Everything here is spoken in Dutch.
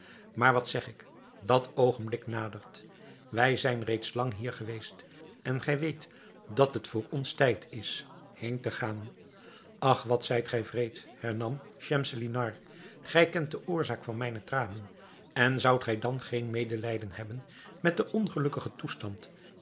maar wat zeg ik dat oogenblik nadert wij zijn reeds lang hier geweest en gij weet dat het voor ons tijd is heen te gaan ach wat zijt gij wreed hernam schemselnihar gij kent de oorzaak van mijne tranen en zoudt gij dan geen medelijden hebben met den ongelukkigen toestand